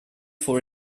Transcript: for